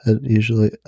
usually